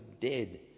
dead